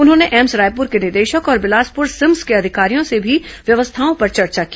उन्होंने एम्स रायपुर के निदेशक और बिलासपुर सिम्स के अधिकारियों से भी व्यवस्थाओं पर चर्चा की